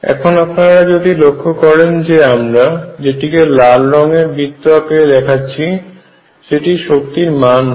এখন আপনারা যদি লক্ষ্য করেন যে আমরা যেটিকে লাল রং এর বৃত্ত একে দেখাচ্ছি সেটি শক্তির মান হয়